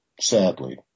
sadly